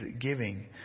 giving